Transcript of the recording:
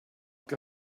que